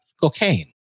cocaine